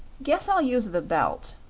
guess i'll use the belt,